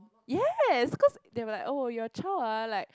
yes cause they will be oh your child ah like